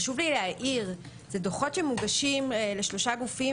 חשוב לי להעיר שזה דוחות שמוגשים לשלושה גופים,